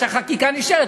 והחקיקה נשארת,